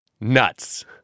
Nuts